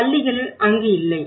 பள்ளிகள் அங்கு இல்லை